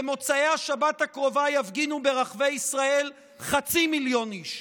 במוצאי השבת הקרובה יפגינו ברחבי ישראל חצי מיליון איש,